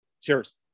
Cheers